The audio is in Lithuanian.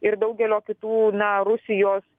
ir daugelio kitų na rusijos